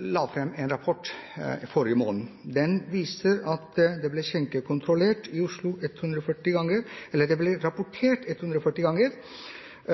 la fram en rapport i forrige måned. Den viser at det ble rapportert overskjenking i Oslo 140 ganger, og